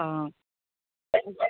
অ